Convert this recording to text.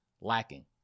lacking